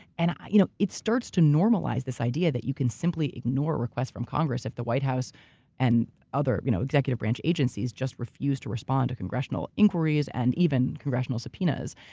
and you know it starts to normalize this idea that you can simply ignore requests from congress if the white house and other you know executive branch agencies just refuse to respond to congressional inquiries and even congressional subpoenas.